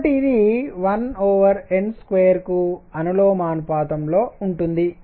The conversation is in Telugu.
కాబట్టి ఇది 1n2కు అనులోమానుపాతంలో ఉంటుంది